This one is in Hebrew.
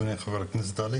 בבקשה.